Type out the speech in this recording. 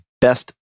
best